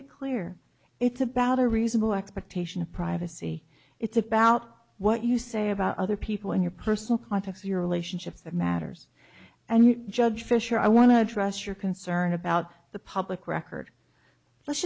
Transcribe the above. it clear it's about a reasonable expectation of privacy it's about what you say about other people in your personal contacts your relationships that matters and you judge fisher i want to address your concern about the public record let's